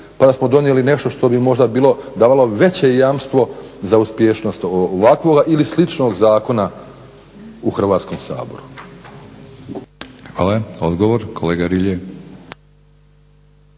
pa da smo donijeli nešto što bi možda bilo, davalo veće jamstvo za uspješnost ovakvoga ili sličnog zakona u Hrvatskom saboru. **Batinić, Milorad